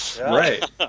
Right